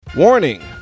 warning